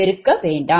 பெருக்க வேண்டாம்